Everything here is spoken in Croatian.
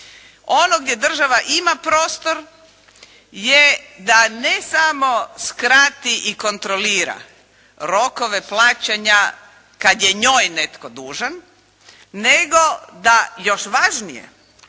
Ono gdje država ima prostor je da ne samo skrati i kontrolira rokove plaćanja kad je njoj netko dužan, nego da još važnije